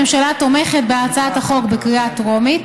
הממשלה תומכת בהצעת החוק בקריאה טרומית.